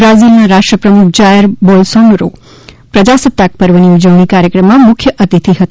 બ્રાઝિલના રાષ્ટ્રપ્રમુખ Jair Messias Bolsonaro પ્રજાસત્તાક પર્વની ઉજવણી કાર્યક્રમમાં મુખ્ય અતિથિ હતા